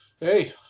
Hey